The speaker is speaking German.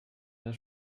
der